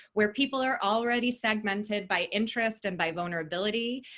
where people are already segmented by interest and by vulnerability.